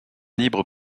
libre